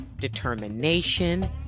determination